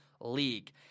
league